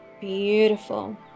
Beautiful